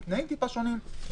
עם תנאים טיפה שונים.